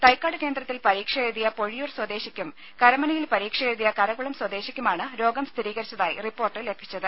തൈക്കാട് കേന്ദ്രത്തിൽ പരീക്ഷ എഴുതിയ പൊഴിയൂർ സ്വദേശിക്കും കരമനയിൽ പരീക്ഷ എഴുതിയ കരകുളം സ്വദേശിക്കുമാണ് രോഗം സ്ഥിരീകരിച്ചതായി റിപ്പോർട്ട് ലഭിച്ചത്